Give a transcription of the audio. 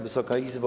Wysoka Izbo!